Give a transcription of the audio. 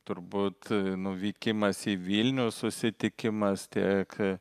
turbūt nuvykimas į vilnių susitikimąas tiek